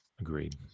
Agreed